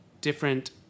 different